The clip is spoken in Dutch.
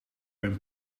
een